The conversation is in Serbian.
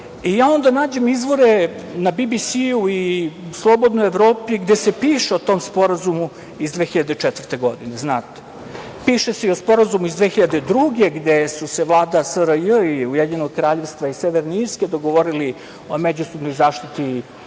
i onda nađem izvore na BBC-u i Slobodnoj Evropi, gde se piše o tom sporazumu iz 2004. godine. Piše se i o sporazumu iz 2002. godine, gde su se Vlada SRJ i Ujedinjenog Kraljevstva i Severne Irske dogovorili o međusobnoj zaštiti